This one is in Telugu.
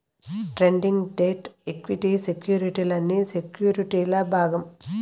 ట్రేడింగ్, డెట్, ఈక్విటీ సెక్యుర్టీలన్నీ సెక్యుర్టీల్ల భాగం